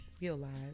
realize